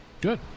Good